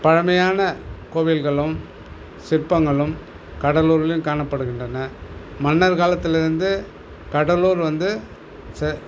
பழமையான கோவில்களும் சிற்பங்களும் கடலூர்லேயும் காணப்படுகின்றன மன்னர் காலத்துலேருந்து கடலூர் வந்து ச